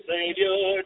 Savior